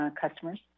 customers